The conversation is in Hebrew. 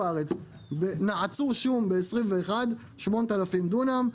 נעצו שום ב-21' 8,000 דונם,